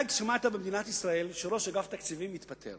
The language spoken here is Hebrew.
כיוון שבצורת הניהול הזאת של תקציב המדינה אני לא בטוח מה יקרה מחר.